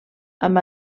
amb